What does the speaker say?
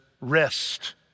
rest